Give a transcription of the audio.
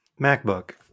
MacBook